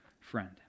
friend